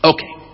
Okay